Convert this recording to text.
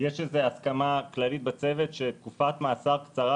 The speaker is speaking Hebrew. יש הסכמה כללית בצוות שתקופת מאסר קצרה